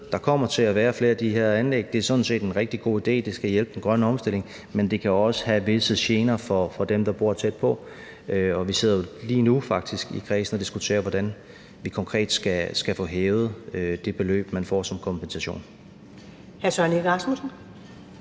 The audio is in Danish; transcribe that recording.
der kommer til at være flere af de her anlæg. Det er sådan set en rigtig god idé – det skal hjælpe den grønne omstilling – men det kan også give visse gener for dem, der bor tæt på. Og vi sidder faktisk lige nu i kredsen og diskuterer, hvordan vi konkret skal få hævet det beløb, man får som kompensation.